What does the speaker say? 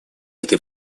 этой